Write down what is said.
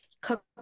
cook